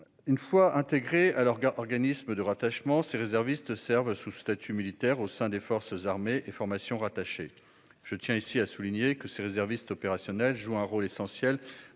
Une fois intégrés à leur organisme de rattachement, ces réservistes servent sous statut militaire au sein des forces armées et des formations rattachées. Je tiens à souligner que ces réservistes opérationnels jouent un rôle essentiel